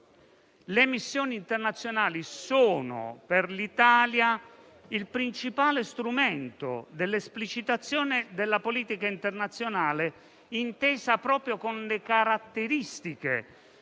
Le missioni internazionali sono, per l'Italia, il principale strumento dell'esplicitazione della politica internazionale, intesa proprio con le caratteristiche